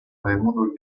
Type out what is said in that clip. raimondo